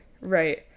right